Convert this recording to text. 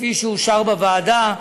שאושר בוועדה.